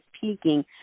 peaking